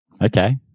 Okay